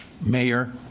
mayor